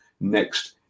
next